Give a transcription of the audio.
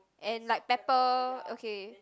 and like pepper okay